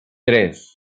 tres